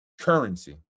currency